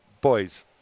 boys